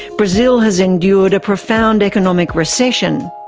brazil has endured a profound economic recession.